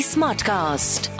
Smartcast